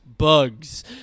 Bugs